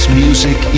music